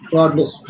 Godless